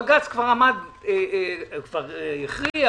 בג"ץ כבר הכריע